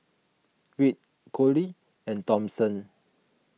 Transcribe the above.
Wirt Collie and Thompson